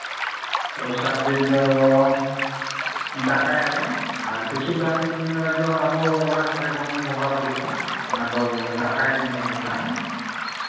ᱫᱚᱥᱟᱨ ᱫᱤᱱ ᱫᱚ ᱫᱟᱠᱟᱭᱟᱵᱚᱱ ᱟᱨ ᱠᱤᱪᱷᱩ ᱜᱟᱱ ᱫᱚ ᱟᱵᱚ ᱚᱲᱟᱜ ᱠᱚᱨᱮᱜ ᱵᱚᱱ ᱵᱚᱸᱜᱟ ᱵᱩᱨᱩᱜᱼᱟ ᱚᱱᱟᱫᱚ ᱫᱟᱠᱟᱭ ᱫᱤᱱ ᱵᱚᱱ ᱢᱮᱛᱟᱜᱼᱟ